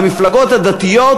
מהמפלגות הדתיות,